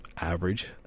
average